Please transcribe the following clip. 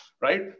right